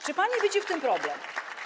Czy pani widzi w tym problem?